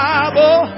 Bible